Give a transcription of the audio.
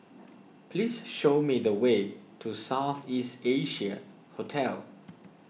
please show me the way to South East Asia Hotel